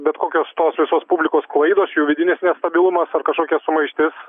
bet kokios tos visos publikos klaidos jų vidinis nestabilumas ar kažkokia sumaištis